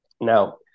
Now